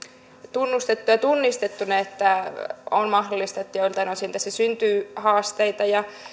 tunnustettu ja tunnistettu että on mahdollista että joiltain osin tässä syntyy haasteita ja